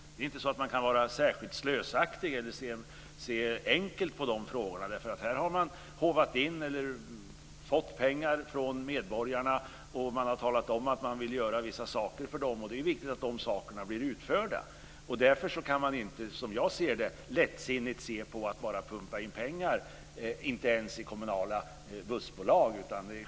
Det går inte att vara särskilt slösaktig eller se enkelt på de frågorna. Här har pengar kommit in från medborgarna som man har sagt att vissa saker ska göras för, och det är viktigt att de sakerna blir utförda. Därför går det inte att lättsinnigt pumpa in pengar ens i kommunala bussbolag.